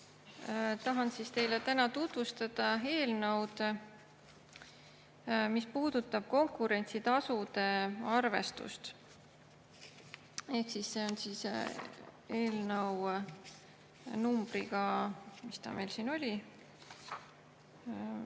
Tahan teile täna tutvustada eelnõu, mis puudutab konkurentsitasude arvestust. See on eelnõu numbriga – mis ta meil siin oli,